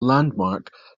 landmark